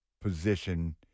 position